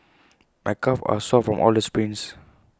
my calves are sore from all the sprints